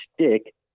stick